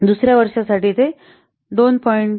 ० 91 91 91 आहे दुसर्या वर्षासाठी ते २